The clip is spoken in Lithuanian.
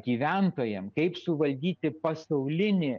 gyventojam kaip suvaldyti pasaulinį